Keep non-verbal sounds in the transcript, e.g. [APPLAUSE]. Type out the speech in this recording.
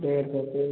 [UNINTELLIGIBLE]